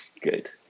Good